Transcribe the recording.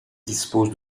dispose